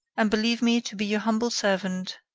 and believe me to be your humble servant,